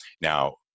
Now